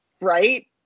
right